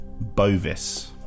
Bovis